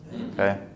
okay